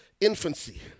infancy